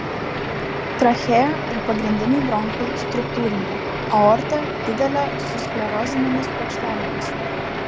trachėja ir pagrindiniai bronchai struktūriniai aorta didelė su sklerozinėmis plokštelėmis